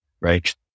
right